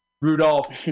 Rudolph